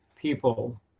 people